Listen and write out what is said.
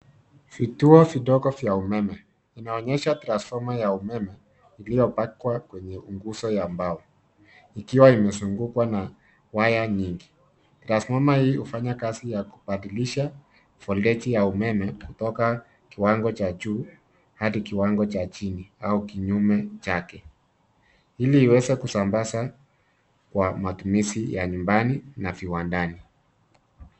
Vituo vidogo vya umeme. Inaonyesha transfoma ya umeme iliyopakwa kwenye nguzo ya mbao, ikiwa imezungukwa na waya nyingi. Transfoma hii ufanya kazi ya kubadilisha volti ya umeme kutoka kiwango cha juu hadi kiwango cha chini au kinyume chake. Hili iweza kusabaza kwa matumizi ya nyumbani na viwandani.